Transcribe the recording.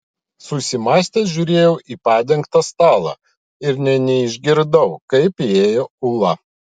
susimąstęs žiūrėjau į padengtą stalą ir nė neišgirdau kaip įėjo ula